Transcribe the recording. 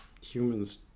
humans